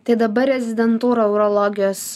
tai dabar rezidentūra urologijos